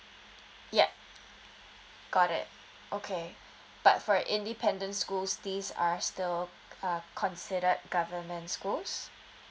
yup got it okay but for independent schools these are still uh considered governments schools